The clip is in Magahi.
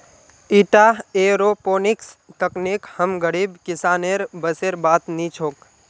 ईटा एयरोपोनिक्स तकनीक हम गरीब किसानेर बसेर बात नी छोक